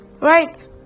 right